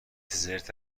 زرت